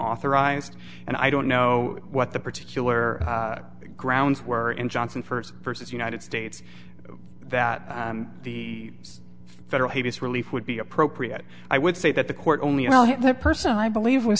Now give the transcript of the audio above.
authorized and i don't know what the particular grounds were in johnson first versus united states that the federal habeas relief would be appropriate i would say that the court only you know had that person i believe w